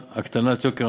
בסדר.